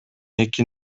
эки